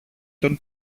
τον